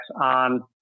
on